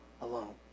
alone